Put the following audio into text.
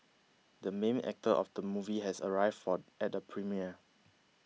the main actor of the movie has arrived for at the premiere